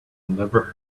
never